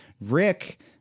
Rick